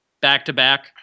back-to-back